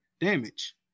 damage